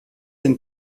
den